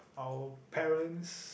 our parents